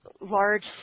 large